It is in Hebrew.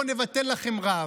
בוא נבטל לכם רב,